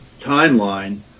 timeline